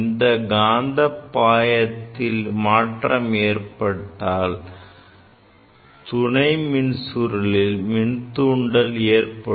இந்த காந்தப் பாயத்தில் மாற்றம் ஏற்பட்டால் துணை மின்சுருளில் மின்தூண்டல் ஏற்படும்